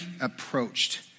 approached